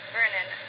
Vernon